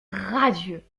radieux